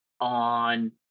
on